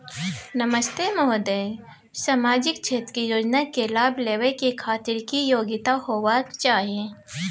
नमस्ते महोदय, सामाजिक क्षेत्र के योजना के लाभ लेबै के खातिर की योग्यता होबाक चाही?